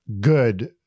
good